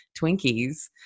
Twinkies